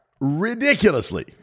ridiculously